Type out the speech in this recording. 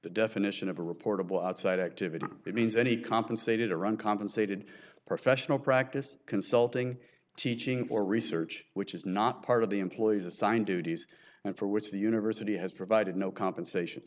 the definition of a reportable outside activity that means any compensated or uncompensated professional practice consulting teaching for research which is not part of the employee's assigned duties and for which the university has provided no compensation